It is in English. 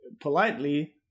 politely